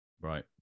Right